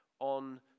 on